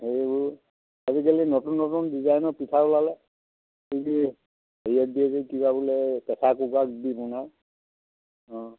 সেইবোৰ আজিকালি নতুন নতুন ডিজাইনৰ পিঠা ওলালে কি হেৰিয়ত দিয়ে যে কিবা বোলে প্ৰেচাৰ কুকাৰত দি বনায় অঁ